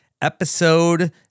episode